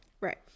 Right